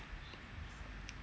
whatever